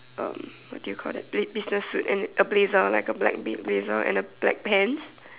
um what do you call that bus~ business suit and a blazer like a black bla~ blazer and a black pants